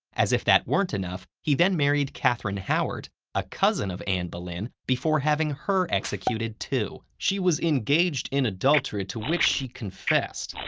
as if that weren't enough, he then married catherine howard a cousin of anne boleyn before having her executed too. defense she was engaged in adultery to which she confessed!